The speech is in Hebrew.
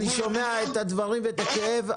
אני שומע את הדברים ואת הכאב,